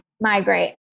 Migrate